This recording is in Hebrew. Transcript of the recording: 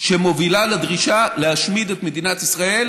שמובילה לדרישה להשמיד את מדינת ישראל